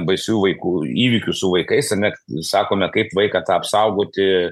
baisių vaikų įvykių su vaikais ar net nusakome kaip vaiką tą apsaugoti